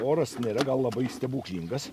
oras nėra gal labai stebuklingas